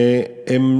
והם